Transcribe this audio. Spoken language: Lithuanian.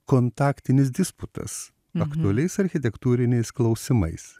kontaktinis disputas aktualiais architektūriniais klausimais